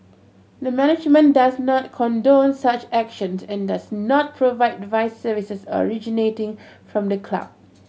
the management does not condone such action and does not provide the vice services originating from the club